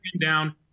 down